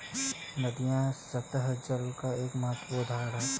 नदियां सत्तह जल का एक महत्वपूर्ण उदाहरण है